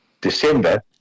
december